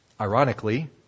Ironically